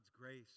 grace